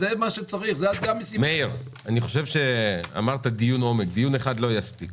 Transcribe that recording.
דיון אחד לא יספיק.